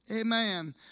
amen